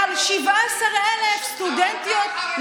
אבל 17,000 סטודנטיות,